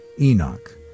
Enoch